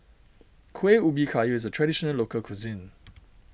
Kuih Ubi Kayu is a Traditional Local Cuisine